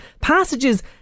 Passages